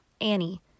Annie